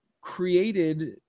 created